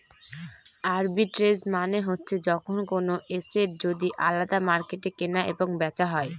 arbitrage মানে হচ্ছে যখন কোনো এসেট যদি আলাদা মার্কেটে কেনা এবং বেচা হয়